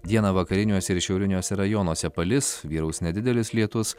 dieną vakariniuose ir šiauriniuose rajonuose palis vyraus nedidelis lietus